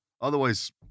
Otherwise